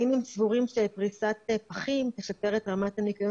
האם הם סבורים שפריסת פחים תשפר את רמת הניקיון